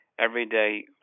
everyday